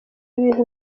ibintu